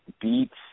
beets